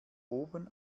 oben